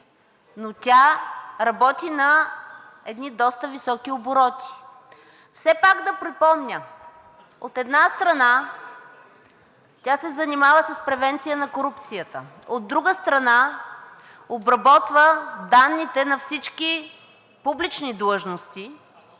но тя работи на едни доста високи обороти. Все пак да припомня, от една страна, тя се занимава с превенция на корупцията. От друга страна, обработва данните на всички публични длъжности